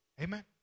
Amen